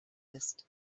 ist